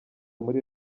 muri